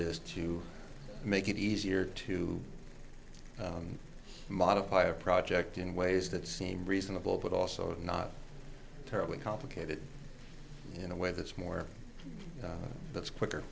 is to make it easier to modify a project in ways that seem reasonable but also not terribly complicated in a way that's more that's quicker